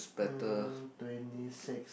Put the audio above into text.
mm twenty six